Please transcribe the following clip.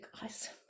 guys